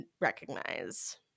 recognize